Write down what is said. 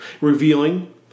revealing